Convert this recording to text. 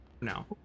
now